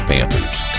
Panthers